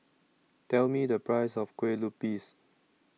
Tell Me The Price of Kueh Lupis